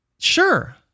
Sure